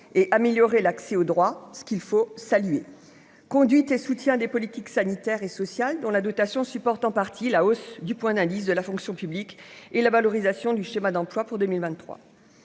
et améliorer l'accès aux droits, ce qu'il faut saluer conduite et soutien des politiques sanitaires et sociales dont la dotation supporte en partie la hausse du point d'indice de la fonction publique et la valorisation du schéma d'emplois pour 2023